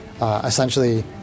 Essentially